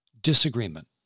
disagreement